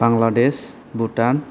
Bangladesh Bhutan